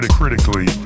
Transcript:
critically